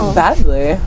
badly